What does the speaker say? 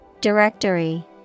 Directory